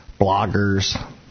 bloggers